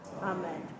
Amen